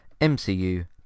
MCU